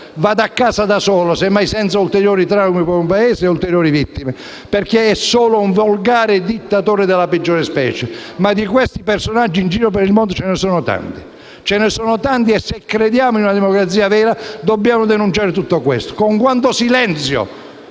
vada a casa da solo, senza ulteriori traumi per un Paese e ulteriori vittime. Egli, infatti, è solo un volgare dittatore della peggiore specie. Ma di questi personaggi in giro per il mondo ce ne sono tanti. E se crediamo in una democrazia vera dobbiamo denunciare tutto questo. Con quanto silenzio